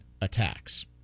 attacks